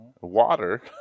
Water